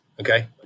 Okay